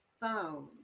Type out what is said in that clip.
phone